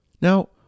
Now